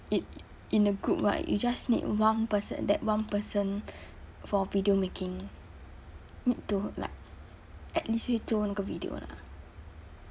in in the group right you just need one person that one person for video making need to like at least 会做那个 video lah